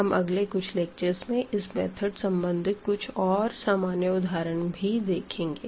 हम अगले कुछ लेक्चरस में इस मेथड सम्बंधित कुछ और सामान्य उदाहरण भी देखेंगे